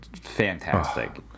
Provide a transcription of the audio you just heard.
fantastic